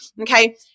Okay